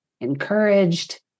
encouraged